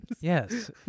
yes